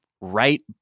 right